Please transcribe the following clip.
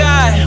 God